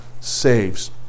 saves